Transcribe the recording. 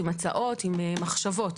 הצעות ומחשבות.